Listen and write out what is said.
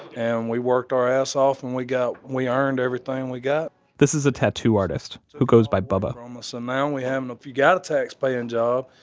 and we worked our ass off, and we got we earned everything and we got this is a tattoo artist who goes by bubba um ah so now we have no if you got a taxpaying job,